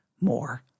more